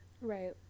right